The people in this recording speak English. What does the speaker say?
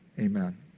Amen